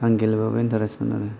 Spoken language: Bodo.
आं गेलेबाबो इन्टारेस मोनो आरो